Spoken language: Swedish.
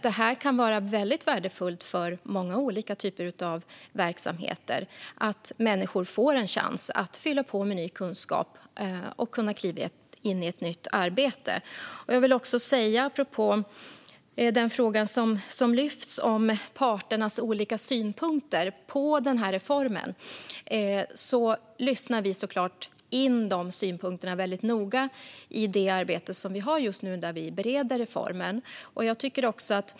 Det kan vara värdefullt för många olika typer av verksamheter att människor får en chans att fylla på med ny kunskap och kan kliva in i ett nytt arbete. Apropå den fråga som har lyfts upp om parternas olika synpunkter på reformen lyssnar vi såklart in de synpunkterna noga i det arbete som vi gör just nu i beredningen av reformen.